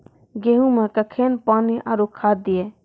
गेहूँ मे कखेन पानी आरु खाद दिये?